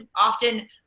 often